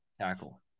tackle